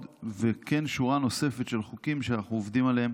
וכן שורה נוספת של חוקים שאנחנו עובדים עליהם